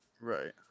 Right